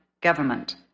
government